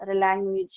language